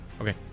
okay